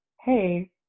hey